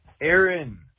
Aaron